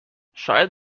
شاید